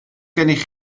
gennych